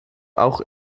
auch